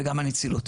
וגם לא הנצילות.